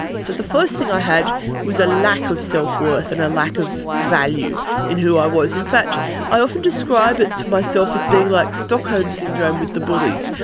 so the first thing i had was a lack of self-worth and a lack of value in who i was. in fact i often describe it to myself as being like stockholm syndrome with the bullies.